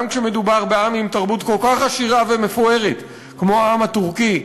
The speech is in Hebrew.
גם כשמדובר בעם עם תרבות כל כך עשירה ומפוארת כמו העם הטורקי,